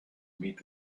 meet